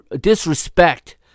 disrespect